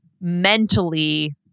mentally